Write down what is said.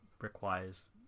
requires